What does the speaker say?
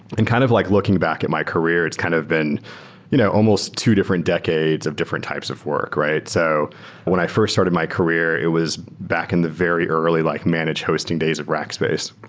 and kind of like looking back at my career, it's kind of been you know almost two different decades of different types of work, right? so when i fi rst started my career, it was back in the very early like managed hosting days of rackspace.